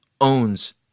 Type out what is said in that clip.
owns